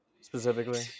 specifically